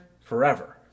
forever